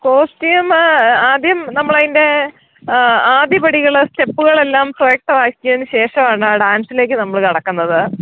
costume ആദ്യം നമ്മളതിൻ്റെ ആദ്യപടികള് സ്റ്റെപ്പുകളെല്ലാം സ്വായത്തമാക്കിയതിനുശേഷമാണ് നമ്മൾ ഡാൻസിലേക്ക് നമ്മള് കടക്കുന്നത്